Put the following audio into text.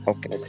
Okay